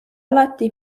alati